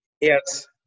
yes